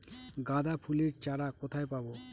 গাঁদা ফুলের চারা কোথায় পাবো?